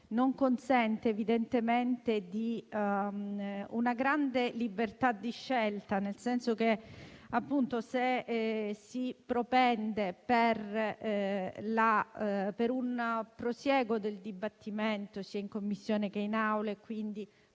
non consente una grande libertà di scelta, nel senso che, se si propende per un prosieguo del dibattito, sia in Commissione che in